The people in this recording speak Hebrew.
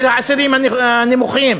של העשירונים הנמוכים.